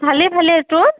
ভালেই ভালেই তোৰ